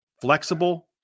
flexible